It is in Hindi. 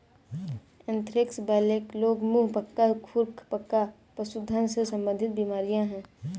एंथ्रेक्स, ब्लैकलेग, मुंह पका, खुर पका पशुधन से संबंधित बीमारियां हैं